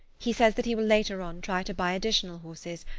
he says that he will later on try to buy additional horses,